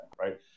right